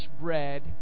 bread